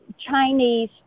chinese